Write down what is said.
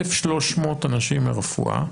1,300 אנשים מרפואה,